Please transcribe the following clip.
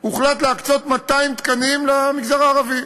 הוחלט להקצות 200 תקנים למגזר הערבי.